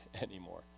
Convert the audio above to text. anymore